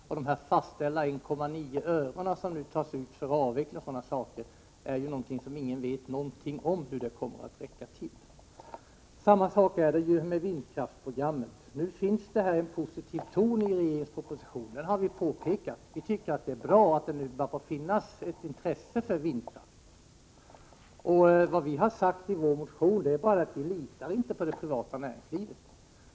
När det gäller dessa fastställda 1,9 öre som nu tas ut för avveckling och sådana saker vet ingen huruvida de kommer att räcka till. Samma sak är det med vindkraftsprogrammet. Det finns här en positiv ton i regeringens proposition, och det har vi påpekat. Vi tycker att det är bra att det nu börjar finnas ett intresse för vindkraft. Vad vi sagt i vår motion är bara att vi inte litar på det privata näringslivet.